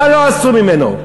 מה לא עשו ממנו?